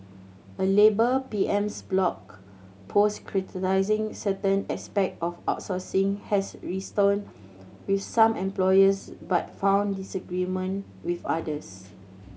a labour P M's blog post criticising certain aspect of outsourcing has with some employers but found disagreement with others